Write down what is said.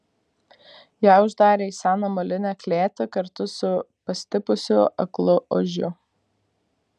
ją uždarė į seną molinę klėtį kartu su pastipusiu aklu ožiu